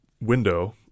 window